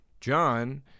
John